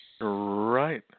Right